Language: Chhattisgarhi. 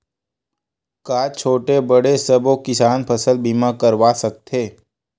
का छोटे बड़े सबो किसान फसल बीमा करवा सकथे?